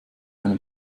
einen